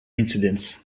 incidents